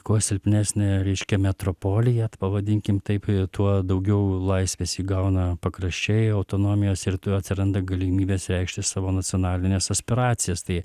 kuo silpnesnė reiškia metropolijat pavadinkim taip tuo daugiau laisvės įgauna pakraščiai autonomijos ir tuojau atsiranda galimybės reikšti savo nacionalines aspiracijas tai